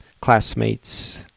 classmates